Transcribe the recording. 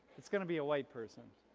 it's gonna be a white person.